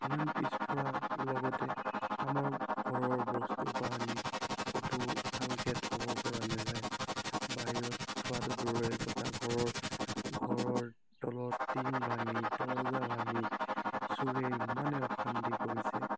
ইমান পিছপৰা লগতে আমাৰ ঘৰৰ বস্তু বাহানি ক'তো ভালকৈ থ'ব পৰা নেযায় বাহিৰত থোৱাটো দূৰৰে কথা ঘৰত ঘৰৰ তলত টিং ভাঙি দৰ্জা ভাঙি চোৰে ইমানে অশান্তি কৰিছে